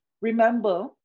remember